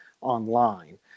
online